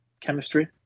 chemistry